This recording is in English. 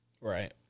Right